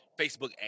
Facebook